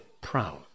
proud